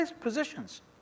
positions